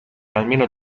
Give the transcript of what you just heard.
almeno